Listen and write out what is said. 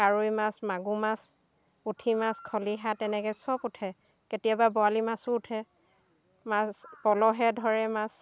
কাৰৈ মাছ মাগুৰ মাছ পুঠি মাছ খলিহা তেনেকৈ চব উঠে কেতিয়াবা বৰালি মাছো উঠে মাছ প'লহে ধৰে মাছ